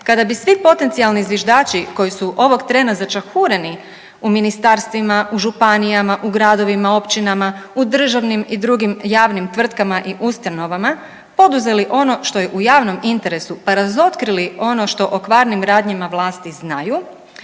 kada bi svi potencionalni zviždači koji su ovog trena začahureni u ministarstvima, u županijama, u gradovima, općinama, u državnim i drugim javnim tvrtkama i ustanovama poduzeli ono što je u javnom interesu, pa razotkrili ono što o kvarnim radnjama vlasti znaju